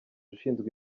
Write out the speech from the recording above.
ushinzwe